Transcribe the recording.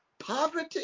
Poverty